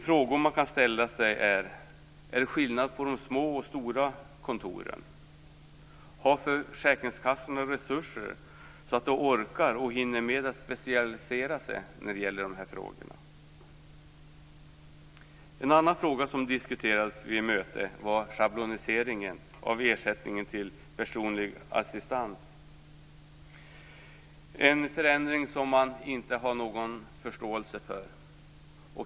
Frågor man kan ställa sig är: Är det skillnad mellan de små och stora kontoren? Har försäkringskassorna resurser så att de orkar och hinner med att specialisera sig när det gäller de här frågorna? En annan fråga som diskuterades vid mötet var schabloniseringen av ersättningen till personlig assistans. Detta är en förändring som man inte har någon förståelse för.